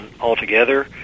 altogether